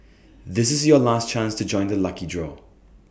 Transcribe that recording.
this is your last chance to join the lucky draw